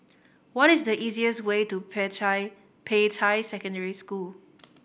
what is the easiest way to Peicai Peicai Secondary School